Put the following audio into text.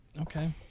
Okay